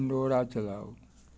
Pandora चलाउ